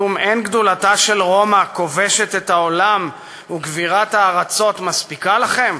כלום אין גדולתה של רומא כובשת העולם וגבירת הארצות מספיקה לכם?